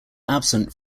absent